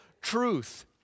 truth